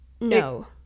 No